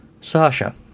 Sasha